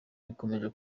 bikomeje